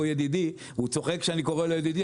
ידידי והוא צוחק שאני קורא לו ידידי,